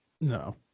No